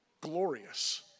glorious